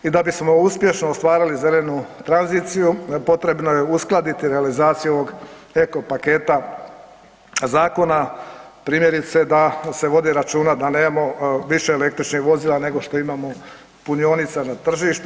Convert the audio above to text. I da bismo uspješno ostvarili zelenu tranziciju potrebno je uskladiti realizaciju ovog eko paketa zakona primjerice da se vodi računa da nemamo više električnih vozila nego što imamo punionica na tržištu.